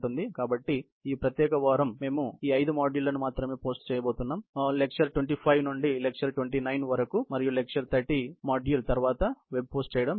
కాబట్టి ఈ ప్రత్యేక వారం వరకు మేము ఈ ఐదు మాడ్యూళ్ళను మాత్రమే పోస్ట్ చేయబోతున్నాము ఉపన్యాసం 25 నుండి ఉపన్యాసం 29 వరకు మరియు 30 వ మాడ్యూల్ త్వరలో వెబ్ పోస్ట్ చేయబడుతుంది